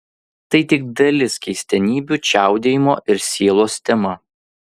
tai tik dalis keistenybių čiaudėjimo ir sielos tema